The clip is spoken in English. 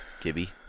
Gibby